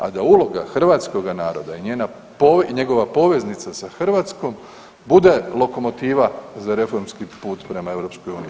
A da uloga hrvatskoga naroda i njegova poveznica sa Hrvatskom bude lokomotiva za reformski put prema EU.